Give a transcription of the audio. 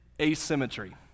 asymmetry